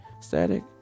static